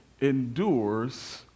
endures